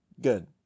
Good